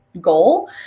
goal